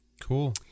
Cool